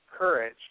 courage